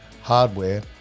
hardware